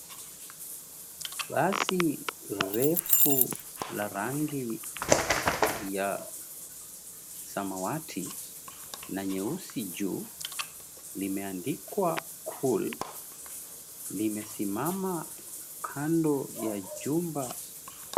Basi refu la rangi ya samawati na nyeusi juu limeandikwa, "Cool," limesimama kando ya jumba.